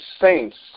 saints